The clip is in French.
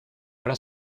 voilà